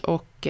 Och